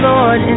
Lord